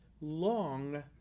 long